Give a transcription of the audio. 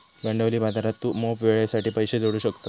भांडवली बाजारात तू मोप वेळेसाठी पैशे जोडू शकतं